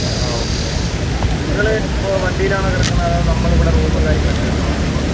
ഏ ആ okay okay നിങ്ങൾ ഇപ്പോൾ വണ്ടിയിലാണോ കിടക്കുന്നത് അതോ നമ്മൾ ഇവിടെ റൂം കാര്യങ്ങളൊക്കെ വയ്ക്കണോ നമ്മള